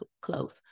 close